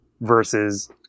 versus